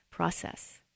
process